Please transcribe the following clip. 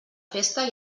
festa